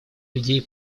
людей